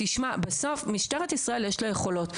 בסוף, למשטרת ישראל יש יכולות.